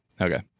Okay